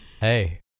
Hey